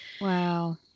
Wow